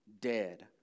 dead